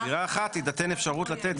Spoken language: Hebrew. שעל דירה אחת, תהיה אפשרות לתת.